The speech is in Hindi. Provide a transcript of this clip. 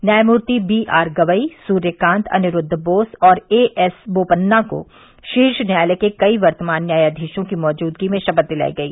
न्याययमूर्ति बी आर गवई सुर्यकात अनिरूद्द बोस और ए एस बोपन्ना को शीर्ष न्यायालय के कई वर्तमान न्यायाधीशों की मौजूदगी में शपथ दिलाई गई